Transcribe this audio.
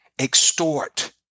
extort